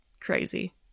crazy